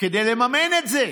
כדי לממן את זה.